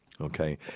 okay